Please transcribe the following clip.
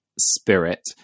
spirit